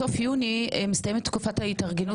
בסוף יוני מסתיימת תקופת ההתארגנות